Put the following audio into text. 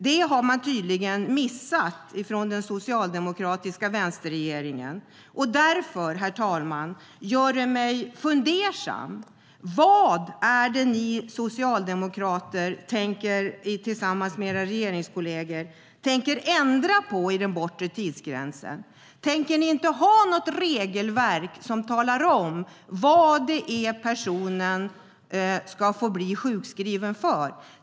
Det har man tydligen missat från den socialdemokratiska vänsterregeringens sida. Herr talman! Det gör mig fundersam. Vad är det ni socialdemokrater, tillsammans med era regeringskolleger, tänker ändra på i fråga om den bortre tidsgränsen? Tänker ni inte ha något regelverk som talar om vad det är personen ska få bli sjukskriven för?